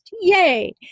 Yay